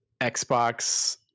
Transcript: Xbox